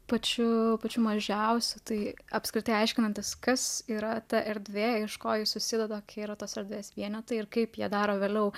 pačiu pačiu mažiausiu tai apskritai aiškinantis kas yra ta erdvė iš kojų susideda kai yra tos erdvės vienetai ir kaip jie daro vėliau